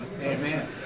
Amen